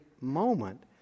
moment